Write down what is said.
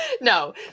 no